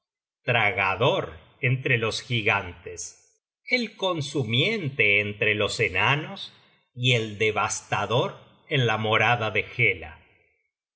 tragador entre los gigantes el consumiente entre los enanos y el devastador en la morada de hela y